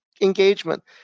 engagement